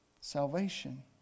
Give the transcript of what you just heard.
salvation